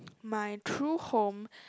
my true home